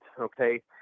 okay